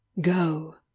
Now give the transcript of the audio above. go